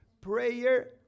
prayer